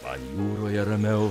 man jūroje ramiau